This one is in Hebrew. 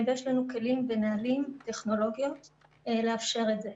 ויש לנו כלים ונהלים, טכנולוגיות לאפשר את זה.